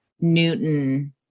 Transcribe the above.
Newton